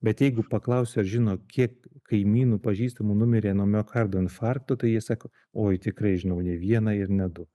bet jeigu paklausi ar žino kiek kaimynų pažįstamų numirė nuo miokardo infarkto tai jie sako oi tikrai žinau ne vieną ir ne du